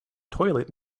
toilet